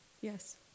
Yes